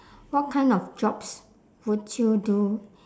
what kind of jobs would you do